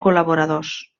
col·laboradors